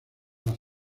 las